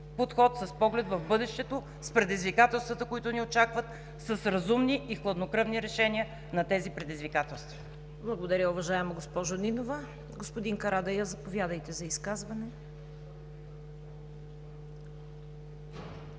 подход с поглед в бъдещето, с предизвикателствата, които ни очакват, с разумни и хладнокръвни решения на тези предизвикателства. ПРЕДСЕДАТЕЛ ЦВЕТА КАРАЯНЧЕВА: Благодаря, уважаема госпожо Нинова. Господин Карадайъ, заповядайте за изказване.